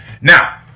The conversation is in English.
Now